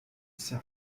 留下